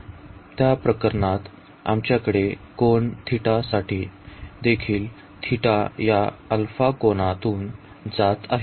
त्या प्रकरणात आमच्याकडे कोन θ साठी देखील थीटा या अल्फा कोनातून जात आहे